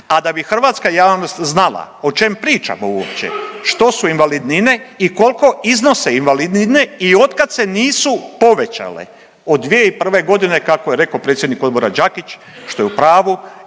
A da bi hrvatska javnost znala o čem pričamo uopće, što su invalidnine i kolko iznose invalidnine i otkad se nisu povećale, od 2001.g. kako je rekao predsjednik odbora Đakić, što je u pravu